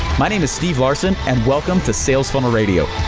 my name is steve larsen and welcome to sales funnel radio.